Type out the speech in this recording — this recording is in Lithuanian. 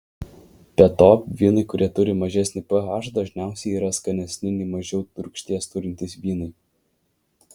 be to vynai kurie turi mažesnį ph dažniausiai yra skanesni nei mažiau rūgšties turintys vynai